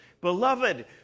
beloved